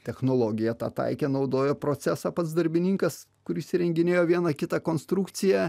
technologiją tą taikė naudojo procesą pats darbininkas kuris įrenginėjo vieną kitą konstrukciją